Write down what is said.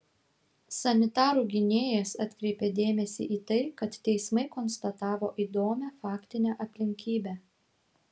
sanitarų gynėjas atkreipė dėmesį į tai kad teismai konstatavo įdomią faktinę aplinkybę